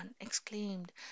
exclaimed